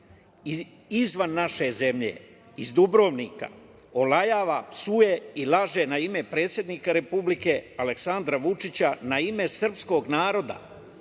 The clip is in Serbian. izvan naše zemlje, iz Dubrovnika olajava, psuje i laže na ime predsednika Republike Aleksandra Vučića, na ime srpskog naroda